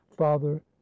father